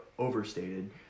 Overstated